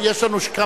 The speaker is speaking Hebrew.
רק רגע, רק רגע.